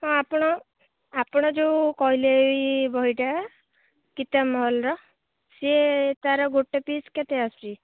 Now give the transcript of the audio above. ହଁ ଆପଣ ଆପଣ ଯୋଉ କହିଲେ ଏଇ ବହିଟା କିତାବମହଲର ସିଏ ତା'ର ଗୋଟେ ପିସ୍ କେତେ ଆସୁଛି